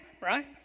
right